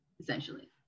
Essentially